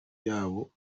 y’abo